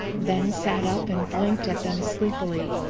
then sat up and blinked at them sleepily.